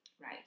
right